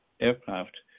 aircraft